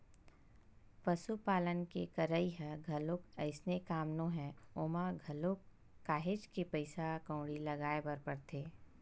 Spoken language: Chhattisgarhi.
पसुपालन के करई ह घलोक अइसने काम नोहय ओमा घलोक काहेच के पइसा कउड़ी लगाय बर परथे